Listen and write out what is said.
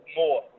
more